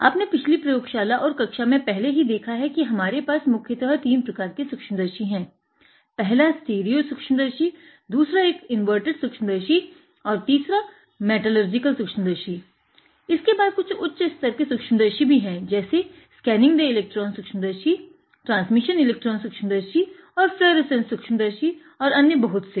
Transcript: आपने पिछली प्रयोगशाला और कक्षा में पहले ही देखा है कि हमारे पास मुख्यतः तीन प्रकार के सूक्ष्मदर्शी है पहला स्टेरियो सूक्ष्मदर्शी और अन्य बहुत से